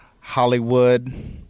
Hollywood